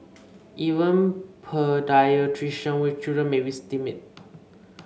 even paediatrician with children may be stymied